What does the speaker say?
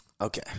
Okay